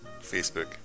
Facebook